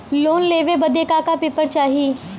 Loan लेवे बदे का का पेपर चाही?